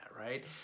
right